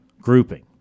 grouping